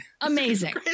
Amazing